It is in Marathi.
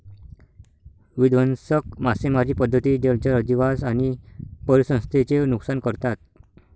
विध्वंसक मासेमारी पद्धती जलचर अधिवास आणि परिसंस्थेचे नुकसान करतात